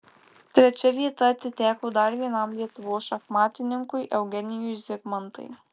trečia vieta atiteko dar vienam lietuvos šachmatininkui eugenijui zigmantai